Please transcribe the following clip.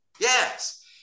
Yes